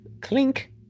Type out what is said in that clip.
clink